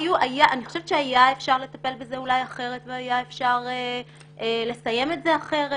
אני חושבת שהיה אפשר לטפל בזה אולי אחרת והיה אפשר לסיים את זה אחרת,